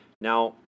Now